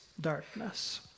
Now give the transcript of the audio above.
darkness